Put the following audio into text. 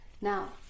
Now